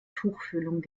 tuchfühlung